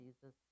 Jesus